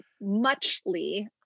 muchly